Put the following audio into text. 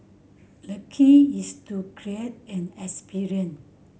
the key is to create an experience